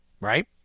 Right